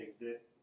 exists